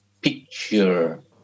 picture